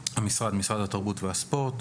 "המשרד" משרד התרבות והספורט,